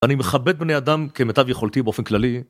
אני מכבד בני אדם כמיטב יכולתי באופן כללי